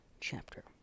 chapter